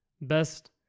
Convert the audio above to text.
best